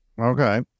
Okay